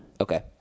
Okay